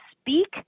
speak